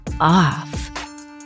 off